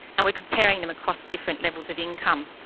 and we're comparing them across different levels of income.